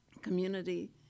community